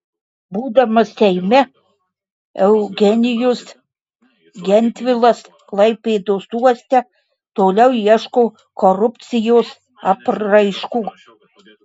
būdamas seime eugenijus gentvilas klaipėdos uoste toliau ieško korupcijos apraiškų